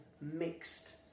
mixed